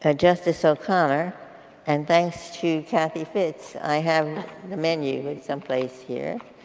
ah justice o'connor and thanks to kathy fitz, i have the menu someplace here.